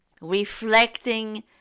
reflecting